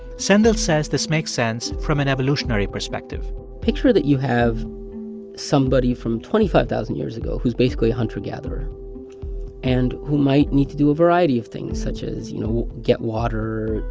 sendhil says this makes sense from an evolutionary perspective picture that you have somebody from twenty five thousand years ago who's basically a hunter-gatherer and who might need to do a variety of things such as, you know, get water,